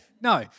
no